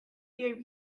gave